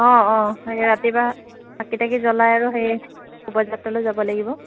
অঁ অঁ সেই ৰাতিপুৱা চাকি তাকি জ্বলাই আৰু সেই শোভাযাত্ৰালৈ যাব লাগিব